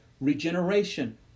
Regeneration